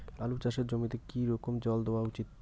আলু চাষের জমিতে কি রকম জল দেওয়া উচিৎ?